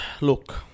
look